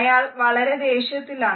അയാൾ വളരെ ദേഷ്യത്തിലാണ്